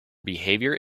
behavior